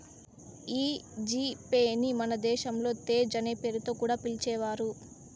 ఈ G Pay ని మన దేశంలో తేజ్ అనే పేరుతో కూడా పిలిచేవారు